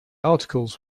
articles